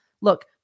Look